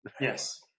Yes